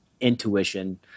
intuition